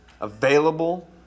available